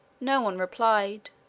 no one replied.